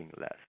less